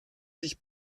sich